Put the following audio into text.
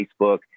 Facebook